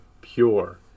Pure